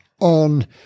on